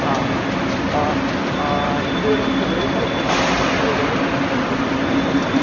आं हां तुमचे कडेन सगळे सायजीनी एवेलेबल आसा मडक्यो